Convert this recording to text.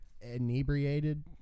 inebriated